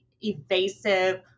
evasive